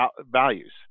values